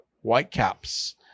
Whitecaps